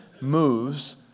moves